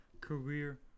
career